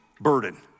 burden